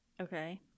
Okay